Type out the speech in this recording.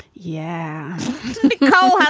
yeah oh,